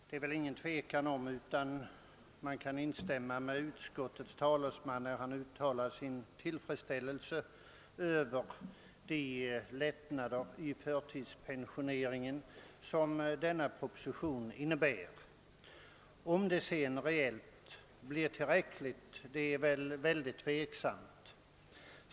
Herr talman! Jag kan utan vidare instämma med utskottets talesman när denne uttalar sin tillfredsställelse över de lättnader i förtidspensioneringen som förevarande proposition innebär. Om de sedan reellt blir tillräckliga är emellertid mycket tveksamt.